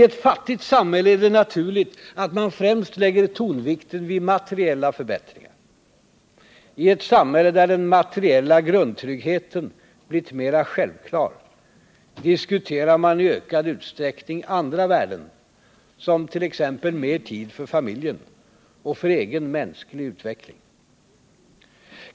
I ett fattigt samhälle är det naturligt att man främst lägger tonvikten vid materiella förbättringar. I ett samhälle där den materiella grundtryggheten blivit mera självklar diskuterar man i ökad utsträckning andra värden, som t.ex. mer tid för familjen och för egen mänsklig utveckling.